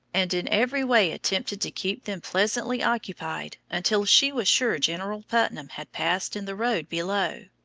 and in every way attempted to keep them pleasantly occupied until she was sure general putnam had passed in the road below.